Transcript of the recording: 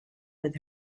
with